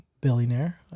billionaire